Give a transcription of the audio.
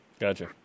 Gotcha